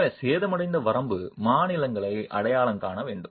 எனவே சேதமடைந்த வரம்பு மாநிலங்களை அடையாளம் காண வேண்டும்